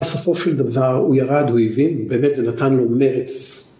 בסופו של דבר הוא ירד, הוא הבין, באמת זה נתן לו מרץ.